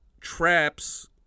traps